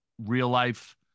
Real-life